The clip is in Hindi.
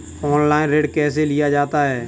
ऑनलाइन ऋण कैसे लिया जाता है?